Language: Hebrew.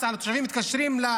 הפקחים של רמ"י מתקשרים בלילה